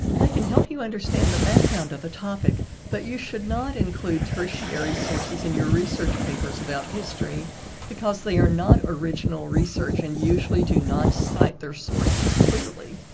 they can help you understand the background of a topic but you should not include tertiary sources in your research papers about history because they are not original research and usually do not cite their sources clearly